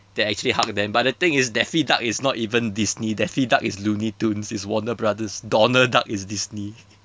that actually hugged them but the thing is daffy duck is not even disney daffy duck is looney tunes it's warner brother's donald duck is disney